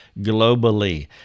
globally